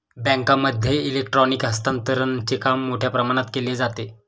बँकांमध्ये इलेक्ट्रॉनिक हस्तांतरणचे काम मोठ्या प्रमाणात केले जाते